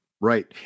right